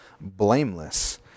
blameless